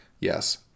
yes